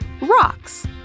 rocks